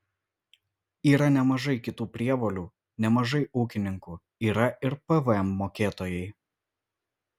yra nemažai kitų prievolių nemažai ūkininkų yra ir pvm mokėtojai